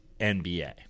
NBA